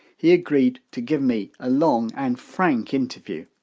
he agreed to give me a long and frank interview.